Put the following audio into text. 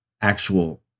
actual